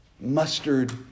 Mustard